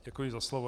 Děkuji za slovo.